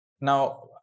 now